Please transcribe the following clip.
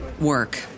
work